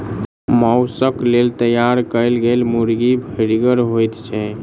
मौसक लेल तैयार कयल गेल मुर्गी भरिगर होइत छै